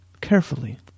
Carefully